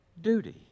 duty